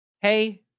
hey